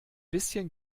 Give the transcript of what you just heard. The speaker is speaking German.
bisschen